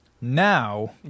now